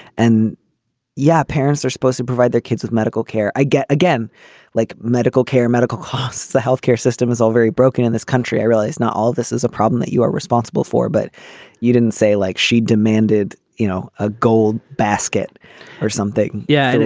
and yeah parents are supposed to provide their kids with medical care i guess again like medical care medical costs the health care system is all very broken in this country. i realize not all this is a problem that you are responsible for but you didn't say like she demanded you know a gold basket or something. yeah.